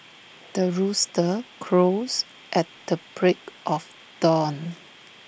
the rooster crows at the break of dawn